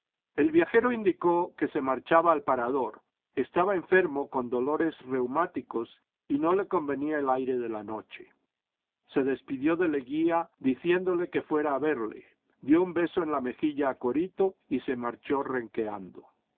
el viajero indicó que se marchaba al parador estaba enfermo con dolores reumáticos y no le convenía el aire de la noche se despidió de leguía dicicndole que fuera a verle dio un beso en la mejilla a corito y se marchó renqueando